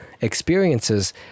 experiences